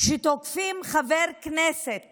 שתוקפים חבר כנסת